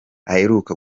aheruka